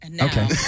Okay